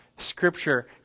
Scripture